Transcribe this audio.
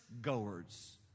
goers